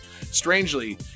strangely